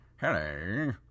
Hello